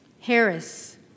Harris